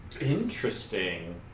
Interesting